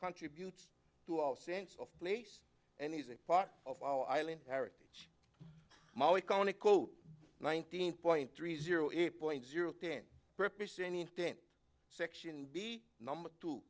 contributes to our sense of place and he's a part of our island heritage my iconic nineteen point three zero eight point zero ten representing tent section b number to